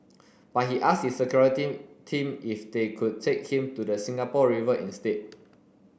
but he asked his security team if they could take him to the Singapore River instead